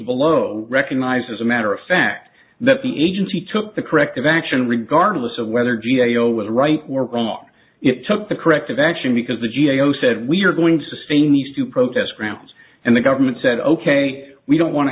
below recognized as a matter of fact that the agency took the corrective action regardless of whether g a o was right or wrong it took the corrective action because the g a o said we're going to stay nice to protest grounds and the government said ok we don't want to